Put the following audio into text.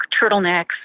turtlenecks